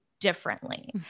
differently